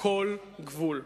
כל גבול.